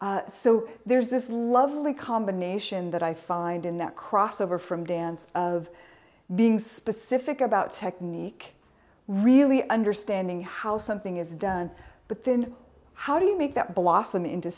dance so there's this lovely combination that i find in that crossover from dance of being specific about technique really understanding how something is done but then how do you make that blossom into